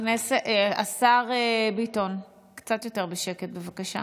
השר ביטון, קצת יותר בשקט, בבקשה.